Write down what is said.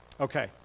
Okay